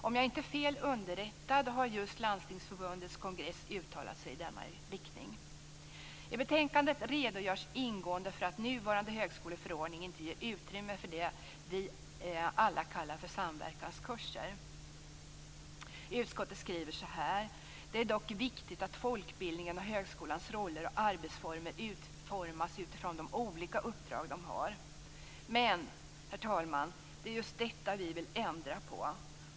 Om jag inte är fel underrättad har Landstingsförbundets kongress just uttalat sig i denna riktning. I betänkandet redogörs ingående för att nuvarande högskoleförordning inte ger utrymme för det som vi alla kallar för samverkanskurser. Utskottet skriver: Det är dock viktigt att folkbildningens och högskolans roller och arbetsformer utformas utifrån de olika uppdrag de har. Men, herr talman, det är just detta som vi vill ändra på.